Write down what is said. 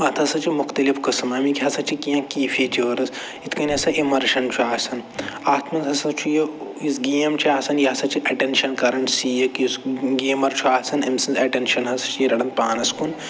اَتھ ہَسا چھِ مختلف قٕسٕم اَمِکۍ ہسا چھِ کیٚنٛہہ کی فیٖچٲرٕس یِتھ کٔنۍ ہسا اِمَرشَن چھُ آسان اَتھ منٛز ہَسا چھُ یہِ یُس گیم چھِ آسان یہِ ہسا چھِ اٮ۪ٹٮ۪نشَن کَران سیٖک یُس گیمَر چھُ آسان أمۍ سٕنٛز اٮ۪ٹٮ۪نشَن حظ چھِ یہِ رَٹان پانَس کُن